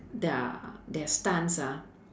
their their stunts ah